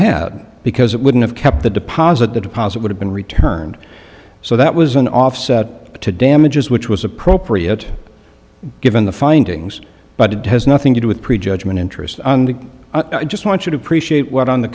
have because it wouldn't have kept the deposit the deposit would have been returned so that was an offset to damages which was appropriate given the findings but it has nothing to do with prejudgment interest on the i just want you to appreciate what on the